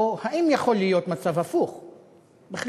או אם יכול להיות מצב הפוך בכלל.